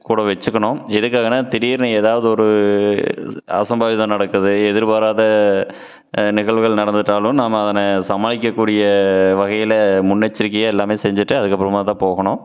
கூட வச்சுக்கணும் எதுக்காகன்னால் திடீரெனு ஏதாவது ஒரு அசம்பாவிதம் நடக்குது எதிர்பாராத நிகழ்வுகள் நடந்துவிட்டாலும் நாம் அதனை சமாளிக்கக்கூடிய வகையில் முன்னெச்சரிக்கையாக எல்லாமே செஞ்சுட்டு அதுக்கப்புறமாதான் போகணும்